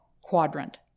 quadrant